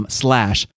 slash